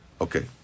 Okay